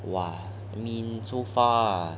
!wah! I mean so far